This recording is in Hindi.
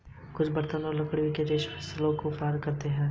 कुछ बर्तन और लकड़ी के रेशे कंद फसलों को पार करते है